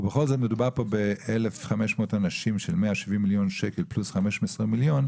ובכל זאת מדובר פה ב-1,500 אנשים של 170 מיליון שקל פלוס 15 מיליון,